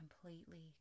completely